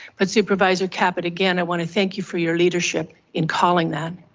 but supervisor caput again, i wanna thank you for your leadership in calling that.